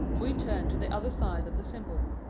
we turn to the other side of the symbol.